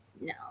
No